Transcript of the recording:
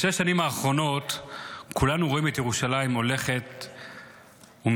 בשש השנים האחרונות כולנו רואים את ירושלים הולכת ומשתנה.